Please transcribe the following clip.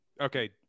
okay